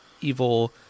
evil